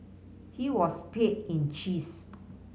he was paid in cheese